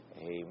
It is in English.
Amen